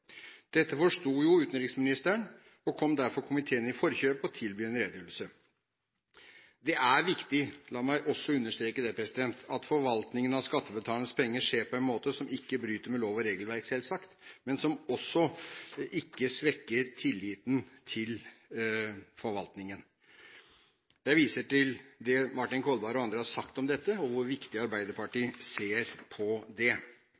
Dette forsto jo utenriksministeren og kom derfor komiteen i forkjøpet – og tilbød en redegjørelse. Det er viktig – la meg også understreke det – at forvaltningen av skattebetalernes penger skjer på en måte som ikke bryter med lov- og regelverk, selvsagt, og som heller ikke svekker tilliten til forvaltningen. Jeg viser til det Martin Kolberg og andre har sagt om dette – og Arbeiderpartiet ser på det